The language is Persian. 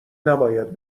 نباید